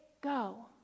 go